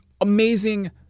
amazing